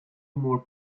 more